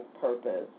purpose